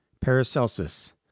Paracelsus